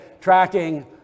tracking